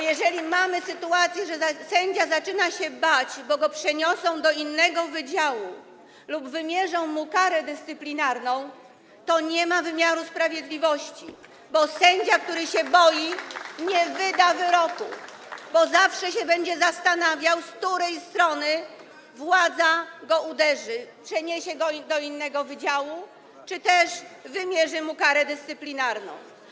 Jeżeli mamy taką sytuację, że sędzia zaczyna się bać, bo go przeniosą do innego wydziału lub wymierzą mu karę dyscyplinarną, to nie ma wymiaru sprawiedliwości, bo sędzia, który się boi, nie wyda wyroku, ponieważ zawsze się będzie zastanawiał, z której strony władza go uderzy - przeniesie go do innego wydziału czy też wymierzy mu karę dyscyplinarną.